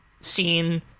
scene